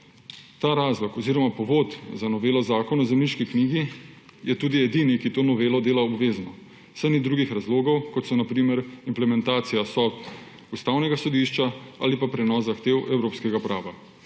Ta razlog oziroma povod za novelo Zakona o zemljiški knjigi je tudi edini, ki to novelo dela obvezno, saj ni drugih razlogov, kot so na primer implementacija sodb Ustavnega sodišča ali pa prenos zahtev evropskega prava. Druga